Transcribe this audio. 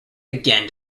again